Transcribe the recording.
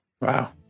Wow